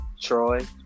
Troy